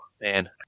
man